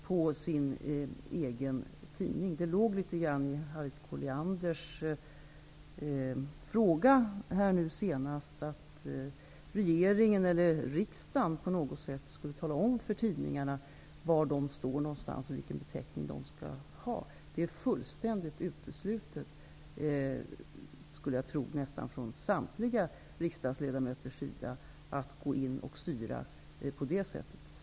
I Harriet Collianders senaste fråga fanns det litet av en antydan om att regeringen eller riksdagen på något sätt skulle tala om för tidningarna var de står och vilken beteckning de skall ha. Det är fullständigt uteslutet, och jag skulle tro att det gäller samtliga riksdagsledamöter, dvs. att gå in och styra på det sättet.